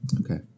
Okay